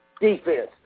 defense